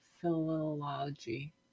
philology